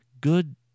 good